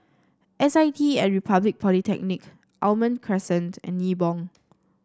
S I T at Republic Polytechnic Almond Crescent and Nibong